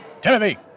Timothy